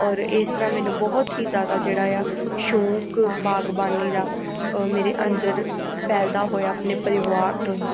ਔਰ ਇਸ ਤਰ੍ਹਾਂ ਮੈਨੂੰ ਬਹੁਤ ਹੀ ਜ਼ਿਆਦਾ ਜਿਹੜਾ ਆ ਸ਼ੌਂਕ ਬਾਗਬਾਨੀ ਦਾ ਮੇਰੇ ਅੰਦਰ ਪੈਦਾ ਹੋਇਆ ਆਪਣੇ ਪਰਿਵਾਰ ਤੋਂ ਹੀ